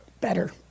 Better